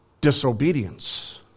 disobedience